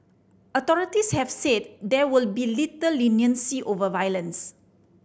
authorities have said there will be little leniency over violence